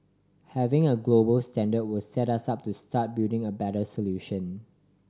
having a global standard will set us up to start building a better solution